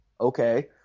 Okay